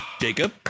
jacob